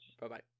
Bye-bye